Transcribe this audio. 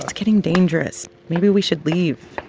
getting dangerous. maybe we should leave.